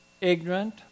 ignorant